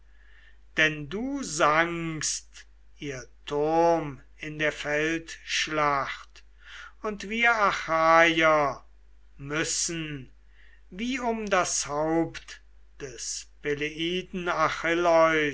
denn du sankst ihr turm in der feldschlacht und wir achaier müssen wie um das haupt des